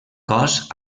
cos